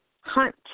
hunt